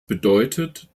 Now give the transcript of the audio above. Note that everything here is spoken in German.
bedeutet